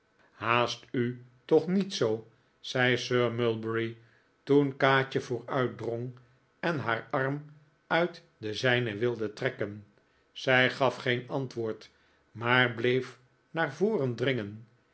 haast u toch niet zoo zei sir mulberry toen kaatje vooruit drong en haar arm uit den zijnen wilde trekken zij gaf geen antwoord maar bleef naar voren dringen